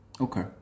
Okay